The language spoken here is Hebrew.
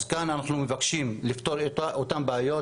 אז כאן אנחנו מבקשים לפתור את אותן בעיות